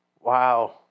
wow